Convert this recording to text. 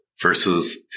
versus